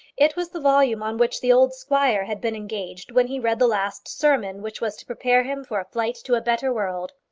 it was the volume on which the old squire had been engaged when he read the last sermon which was to prepare him for a flight to a better world.